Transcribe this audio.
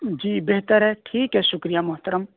جی بہتر ہے ٹھیک ہے شکریہ محترم